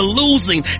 losing